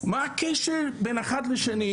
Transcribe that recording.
מה הקשר בין אחד לשני?